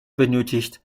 benötigt